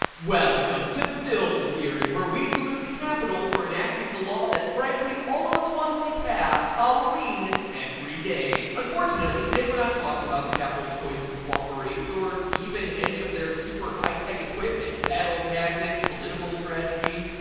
welcome to film theory. where we salute the capital for enacting the law that frankly all of us want to see past, halloween every day. unfortunately, today we're not talking about the capitol's choice in coiffury. or even any of their super high-tech equipment, battle tactics, political strategy.